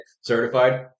certified